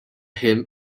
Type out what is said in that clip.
him